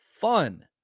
fun